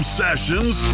sessions